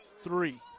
three